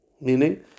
Meaning